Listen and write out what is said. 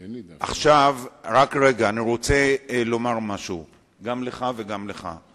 אני רוצה לומר משהו גם לך וגם לך.